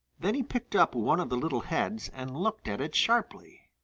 then he picked up one of the little heads and looked at it sharply.